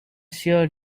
sure